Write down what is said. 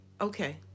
Okay